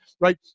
right